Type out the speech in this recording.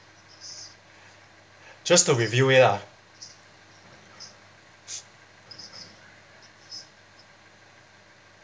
just to review it lah